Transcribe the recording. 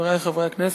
חברי חברי הכנסת,